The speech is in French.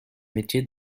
métier